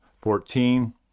fourteen